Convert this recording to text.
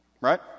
Right